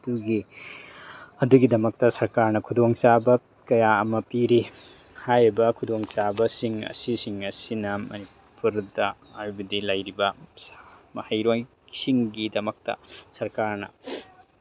ꯑꯗꯨꯒꯤ ꯑꯗꯨꯒꯤꯗꯃꯛꯇ ꯁꯔꯀꯥꯔꯅ ꯈꯨꯗꯣꯡꯆꯥꯕ ꯀꯌꯥ ꯑꯃ ꯄꯤꯔꯤ ꯍꯥꯏꯔꯤꯕ ꯈꯨꯗꯣꯡꯆꯥꯕꯁꯤꯡ ꯑꯁꯤꯁꯤꯡ ꯑꯁꯤꯅ ꯃꯅꯤꯄꯨꯔꯗ ꯍꯥꯏꯕꯗꯤ ꯂꯩꯔꯤꯕ ꯃꯍꯩꯔꯣꯏꯁꯤꯡꯒꯤꯗꯃꯛꯇ ꯁꯔꯀꯥꯔꯅ